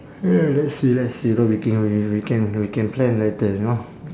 ya let's see let's see no we can we we can we can plan later you know